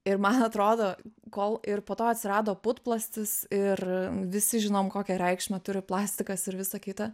ir man atrodo kol ir po to atsirado putplastis ir visi žinom kokią reikšmę turi plastikas ir visa kita